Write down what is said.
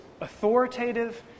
authoritative